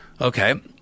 Okay